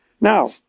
Now